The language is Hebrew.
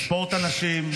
בספורט הנשים,